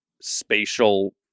spatial